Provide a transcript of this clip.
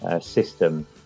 system